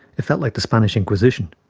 it felt like the spanish inquisition.